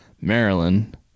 Maryland